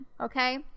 okay